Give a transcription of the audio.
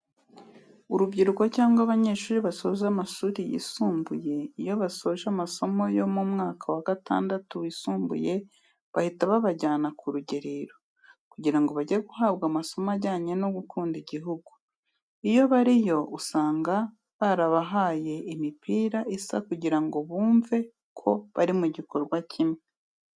Urubyiruko cyangwa abanyeshuri basoje amashuri yisumbuye, iyo basoje amasomo yo mu mwaka wa gatandatu wisumbuye bahita babajyana ku rugerero, kugira ngo bajye guhabwa amasomo ajyanye no gukunda igihugu. Iyo bariyo usanga barabahaye imipira isa kugira ngo bumve ko bari mu gikorwa kimwe.